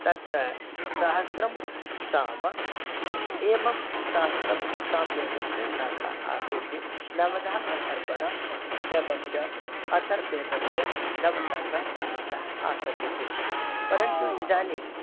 तत्र सहस्रं साम एवं सहस्रम् इति सामवेदस्य शाखा आसीत् नवधा अथर्वणः एवञ्च अथर्ववेदस्य नवशाखाः प्रसिद्धाः आसन् इति परन्तु इदानीं